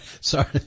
Sorry